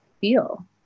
feel